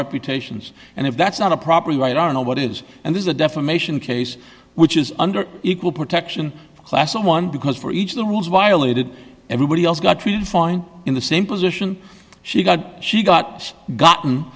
reputations and if that's not a property right i don't know what is and there's a defamation case which is under equal protection class someone because for each of the rules violated everybody else got treated fine in the same position she got she got gotten